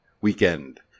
weekend